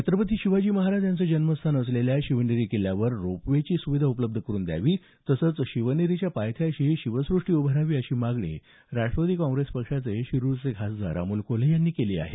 छत्रपती शिवाजी महाराज यांचं जन्मस्थान असलेल्या शिवनेरी किल्ल्यावर रोप वे ची सुविधा उपलब्ध करून द्यावी तसंच शिवनेरीच्या पायथ्याशी शिवसुष्टी उभारावी अशी मागणी राष्ट्रवादी काँग्रेसचे शिरुरचे खासदार अमोल कोल्हे यांनी केली आहे